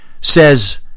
says